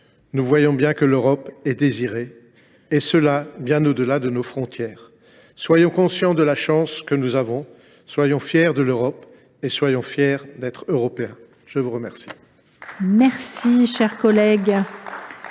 nous voyons bien que l’Europe est désirée, et ce bien au delà de nos frontières. Soyons conscients de la chance que nous avons, soyons fiers de l’Europe et soyons fiers d’être Européens ! La parole est à M. le ministre délégué.